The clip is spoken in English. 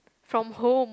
from home